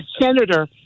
senator